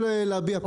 מנסה להביע פה?